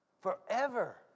forever